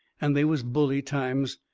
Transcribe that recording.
and they was bully times.